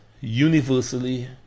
universally